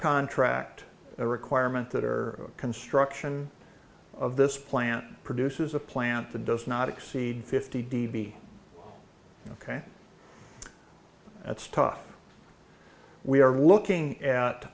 contract a requirement that or construction of this plant produces a plant that does not exceed fifty d b ok that's tough we are looking at